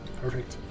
Perfect